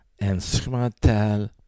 Instrumental